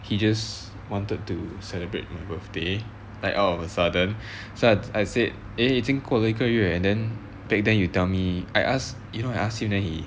he just wanted to celebrate my birthday like out of a sudden so I said eh 已经过了一个月 and then back then you tell me I ask you know I ask him then he